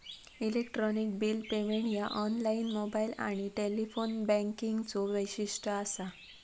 electronic bill payment ह्या online, mobile आणि telephone बँकिंगचो वैशिष्ट्य असा